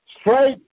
Straight